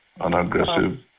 unaggressive